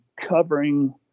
covering